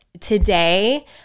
today